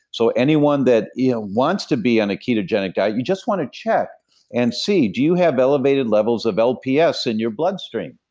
so anyone that you know wants to be on a ketogenic diet, you just want to check and see, do you have elevated levels of lps in your bloodstream?